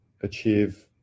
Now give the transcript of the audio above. achieve